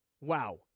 Wow